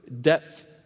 depth